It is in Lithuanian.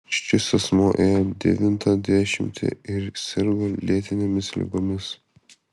šis asmuo ėjo devintą dešimtį ir sirgo lėtinėmis ligomis